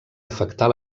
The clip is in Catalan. afectar